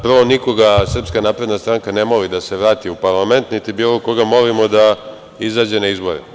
Prvo, nikoga SNS ne moli da se vrati u parlament niti bilo koga molimo da izađe na izbore.